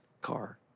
car